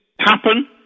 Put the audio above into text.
happen